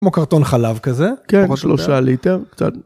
כמו קרטון חלב כזה. כן, כמו שלושה ליטר קצת.